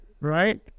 Right